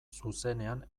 zuzenean